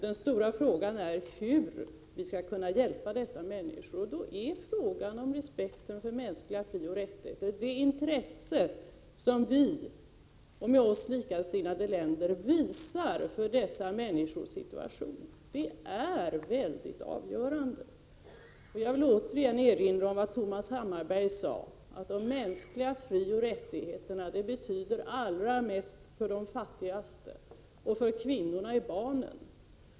Den stora frågan är hur vi skall kunna hjälpa dessa människor, och då är frågan om respekten för mänskliga frioch rättigheter och det intresse som vi och med oss likasinnade länder visar för dessa människors situation helt avgörande. Jag vill återigen erinra om vad Thomas Hammarberg sade, nämligen att de mänskliga frioch rättigheterna betyder allra mest för de fattigaste och för kvinnorna och barnen.